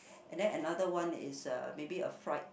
and then another one is uh maybe a fried